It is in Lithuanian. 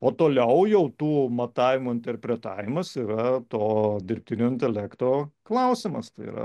o toliau jau tų matavimų interpretavimas yra to dirbtinio intelekto klausimas tai yra